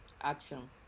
action